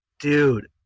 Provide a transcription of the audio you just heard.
dude